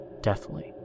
deathly